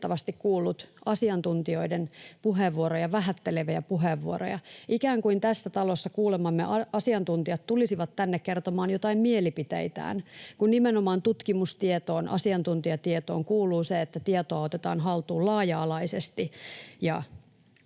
kuullut asiantuntijoiden puheenvuoroja vähätteleviä puheenvuoroja, ikään kuin tässä talossa kuulemamme asiantuntijat tulisivat tänne kertomaan jotain mielipiteitään, kun nimenomaan tutkimustietoon, asiantuntijatietoon kuuluu se, että tietoa otetaan haltuun laaja-alaisesti